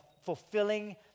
Fulfilling